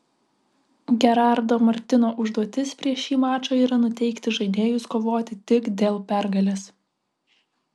gerardo martino užduotis prieš šį mačą yra nuteikti žaidėjus kovoti tik dėl pergalės